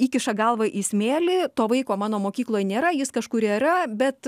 įkiša galvą į smėlį to vaiko mano mokykloj nėra jis kažkur yra bet